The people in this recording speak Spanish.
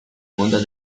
mundo